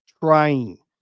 trying